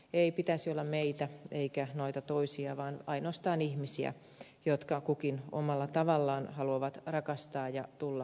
ei pitäisi olla meitä ja noita toisia vaan ainoastaan ihmisiä jotka kukin omalla tavallaan haluavat rakastaa ja tulla rakastetuiksi